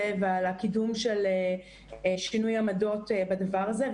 ועל הקידום של שינוי עמדות בדבר הזה.